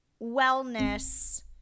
wellness